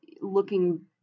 Looking